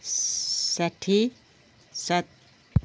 स साठी सात